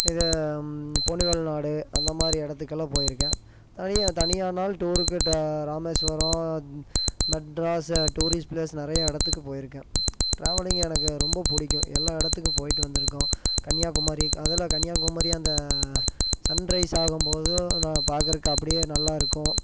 இது பொன்னிவள நாடு அந்த மாதிரி இடத்துக்கெல்லாம் போய்ருக்கேன் தனியாக தனியானாலும் டூருக்கு ராமேஸ்வரம் மெட்ராஸு டூரிஸ்ட் பிளேஸ் நிறையா இடத்துக்கு போய்ருக்கேன் ட்ராவலிங் எனக்கு ரொம்ப பிடிக்கும் எல்லா இடத்துக்கும் போய்ட்டு வந்திருக்கோம் கன்னியாகுமாரி அதெல்லாம் கன்னியாகுமரி அந்த சன்ரைஸ் ஆகும் போது நான் பாக்கறதுக்கு அப்படியே நல்லா இருக்கும்